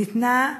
ניתנה,